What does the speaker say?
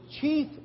chief